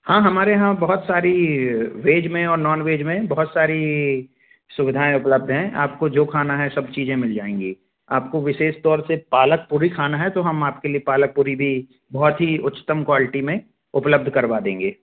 हाँ हमारे यहाँ बहुत सारी वेज में और नॉन वेज में बहुत सारी सुविधाएँ उपलब्ध हैं आप को जो खाना है सब चीज़ें मिल जाएँगी आपको विशेष तौर से पालक पूड़ी खाना है तो तो हम आपके लिए पालक पूड़ी भी बहुत ही उच्चतम क्वालिटी में उपलब्ध करवा देंगे